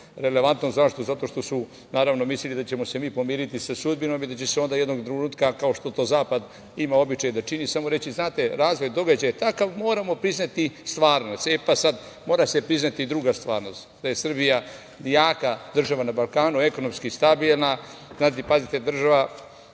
Relevantno zašto? Zato što su naravno mislili da ćemo se mi pomiriti sa sudbinom i da će se onda jednog trenutka, kao što to Zapad ima običaj da čini samo reći – znate, razvoj događaja je takav. Moramo priznati stvarnost.E, pa, sad, mora se priznati druga stvarnost, da je Srbija jaka država na Balkanu, ekonomski stabilna. Znači, pazite, država,